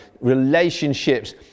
relationships